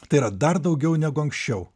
tai yra dar daugiau negu anksčiau